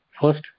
First